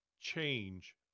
change